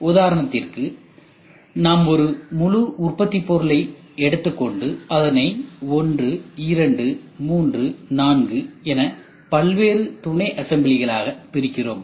உதாரணத்திற்கு நாம் ஒரு முழு உற்பத்தி பொருளை எடுத்துக்கொண்டு அதனை 1234 என பல்வேறு துணைஅசெம்பிளிகளாக பிரிக்கிறோம்